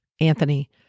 Anthony